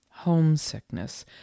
homesickness